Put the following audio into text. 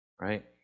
Right